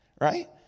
right